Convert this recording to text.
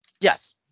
Yes